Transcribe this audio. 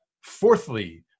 Fourthly